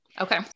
okay